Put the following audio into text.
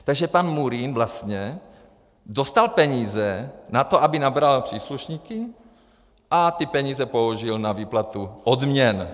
Takže pan Murín vlastně dostal peníze na to, aby nabral příslušníky, a ty peníze použil na výplatu odměn.